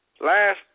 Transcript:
last